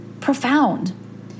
profound